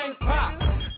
pop